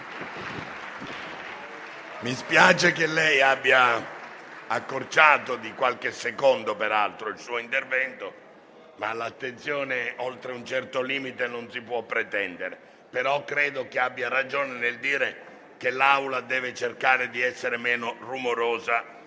mi spiace che lei abbia ridotto - di qualche secondo peraltro - il suo intervento, ma l'attenzione oltre un certo limite non si può pretendere. Però credo che abbia ragione nel dire che l'Assemblea deve cercare di essere meno rumorosa